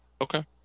Okay